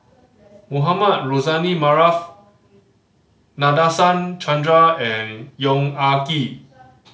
Mohamed Rozani Maarof Nadasen Chandra and Yong Ah Kee